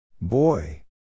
Boy